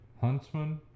huntsman